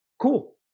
Cool